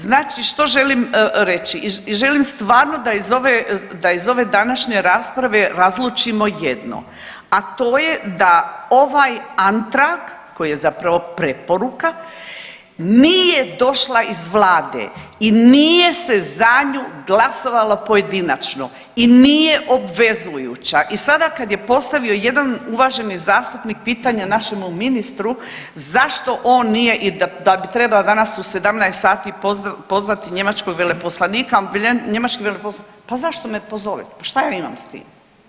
Znači što želim reći i želim stvarno da iz ove, da iz ove današnje rasprave razlučimo jedno, a to je da ovaj Antrag koji je zapravo preporuka nije došla iz vlade i nije se za nju glasovalo pojedinačno i nije obvezujuća i sada kad je postavio jedan uvaženi zastupnik pitanje našemu ministru zašto on nije i da bi trebala danas u 17 sati pozvati njemačkog veleposlanika, njemački veleposlanik, pa zašto ne pozove, pa šta ja imam s tim.